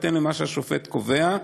בהתאם למה שהשופט קובע.